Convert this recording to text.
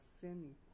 sin